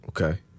okay